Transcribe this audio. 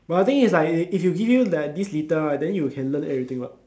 but the thing is like if th~ if you give you like this little then you can learn everything what